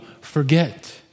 Forget